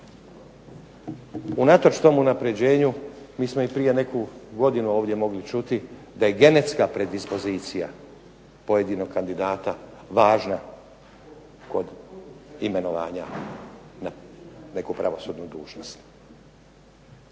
Unatoč tom unapređenju mi smo i prije neku godinu ovdje mogli čuti, da je genetska predispozicija pojedinog kandidata važna kod imenovanja na neku pravosudnu dužnost.